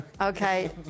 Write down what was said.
Okay